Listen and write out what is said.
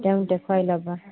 তেওঁক দেখুৱাই ল'বা